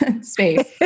space